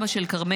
אבא של כרמל,